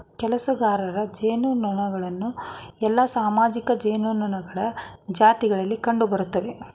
ಕೆಲಸಗಾರ ಜೇನುನೊಣಗಳು ಎಲ್ಲಾ ಸಾಮಾಜಿಕ ಜೇನುನೊಣಗಳ ಜಾತಿಗಳಲ್ಲಿ ಕಂಡುಬರ್ತ್ತವೆ